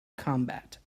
combat